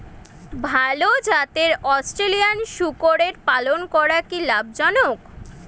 ভাল জাতের অস্ট্রেলিয়ান শূকরের পালন করা কী লাভ জনক?